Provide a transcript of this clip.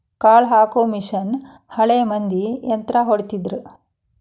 ಕಾಳ ಹಾಕು ಮಿಷನ್ ಹಳೆ ಮಂದಿ ಯಂತ್ರಾ ಹೊಡಿತಿದ್ರ